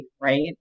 right